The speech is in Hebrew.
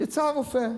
יצא הרופא.